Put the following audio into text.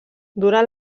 dura